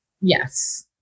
Yes